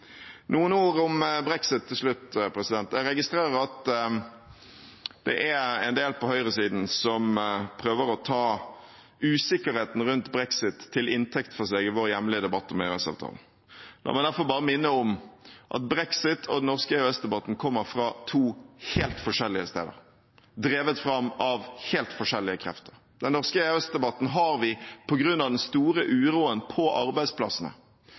Noen ord om brexit til slutt: Jeg registrerer at det er en del på høyresiden som prøver å ta usikkerheten rundt brexit til inntekt for sitt syn i vår hjemlige debatt om EØS-avtalen. La meg derfor bare minne om at brexit og den norske EØS-debatten kommer fra to helt forskjellige steder, drevet fram av helt forskjellige krefter. Den norske EØS-debatten har vi på grunn av den store uroen på arbeidsplassene,